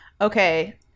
Okay